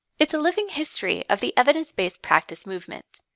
it's a living history of the evidence based practice movement.